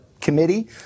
committee